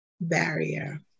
Barrier